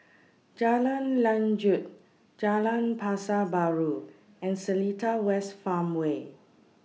Jalan Lanjut Jalan Pasar Baru and Seletar West Farmway